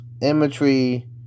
imagery